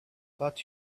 but